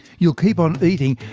you'll keep on eating,